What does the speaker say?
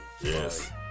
Yes